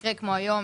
מקרה כמו שהיום,